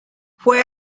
fue